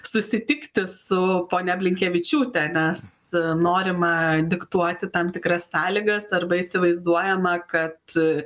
susitikti su ponia blinkevičiūte nes norima diktuoti tam tikras sąlygas arba įsivaizduojama kad